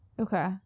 Okay